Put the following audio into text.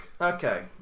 Okay